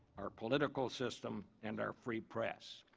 our political system and our free press.